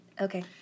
Okay